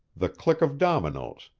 the click of dominoes,